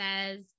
says